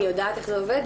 אני יודעת איך זה עובד,